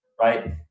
right